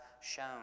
shown